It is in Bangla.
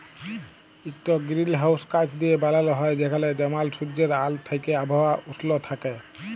ইকট গিরিলহাউস কাঁচ দিঁয়ে বালাল হ্যয় যেখালে জমাল সুজ্জের আল থ্যাইকে আবহাওয়া উস্ল থ্যাইকে